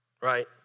right